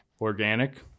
organic